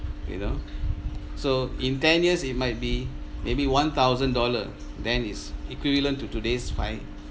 you know so in ten years it might be maybe one thousand dollar then is equivalent to today's five